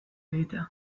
egitea